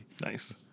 Nice